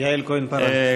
יעל כהן-פארן.